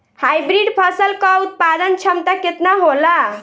Hybrid फसल क उत्पादन क्षमता केतना होला?